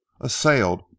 assailed